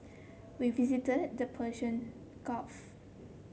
we visited the Persian Gulf